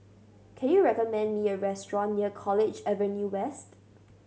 can you recommend me a restaurant near College Avenue West